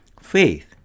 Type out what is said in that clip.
Faith